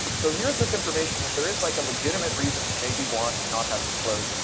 so here's this information that there is like a legitimate reason to maybe want to not have disclosed,